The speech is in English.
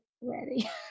ready